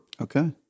Okay